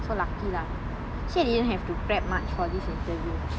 so lucky lah actually I didn't have to prepare much for this interview